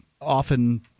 often